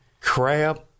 crab